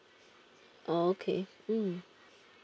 okay mm